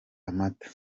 amata